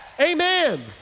Amen